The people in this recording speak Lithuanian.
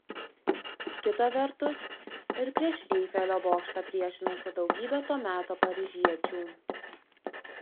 kita vertus ir prieš eifelio bokštą priešinosi daugybė to meto paryžiečių